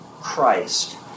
Christ